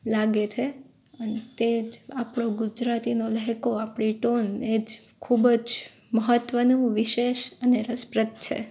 લાગે છે તે જ આપણો ગુજરાતીઓનો લહેકો આપડી ટોન એ જ ખૂબ જ મહત્ત્વનું વિશેષ અને રસપ્રદ છે